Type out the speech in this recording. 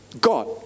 God